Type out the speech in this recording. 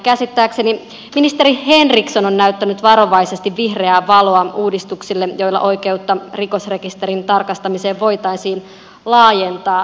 käsittääkseni ministeri henriksson on näyttänyt varovaisesti vihreää valoa uudistuksille joilla oikeutta rikosrekisterin tarkastamiseen voitaisiin laajentaa nykyisestä